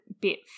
bit